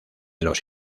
los